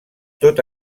tot